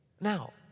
Now